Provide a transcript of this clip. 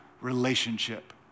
relationship